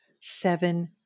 seven